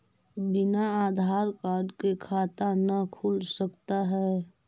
बिना आधार कार्ड के खाता न खुल सकता है?